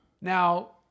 Now